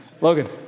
Logan